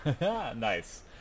Nice